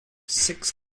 six